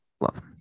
Love